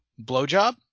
blowjob